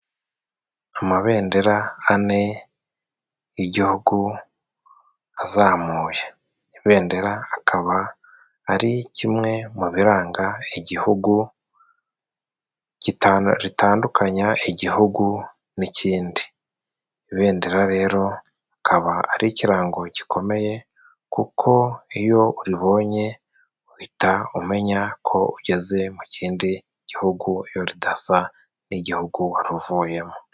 Amabendera ane y'igihugu azamuye. Ibendera akaba ari kimwe mu biranga igihugu，ritandukanya igihugu n'ikindi， ibendera rero rikaba ari ikirango gikomeye，kuko iyo uribonye uhita umenya ko ugeze mu kindi gihugu iyo ridasa n'igihugu waruvuyemo.